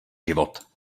život